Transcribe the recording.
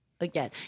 again